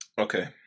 Okay